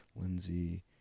Lindsay